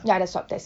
ya the swab test